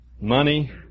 money